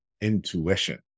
intuition